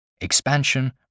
expansion